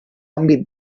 àmbit